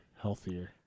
healthier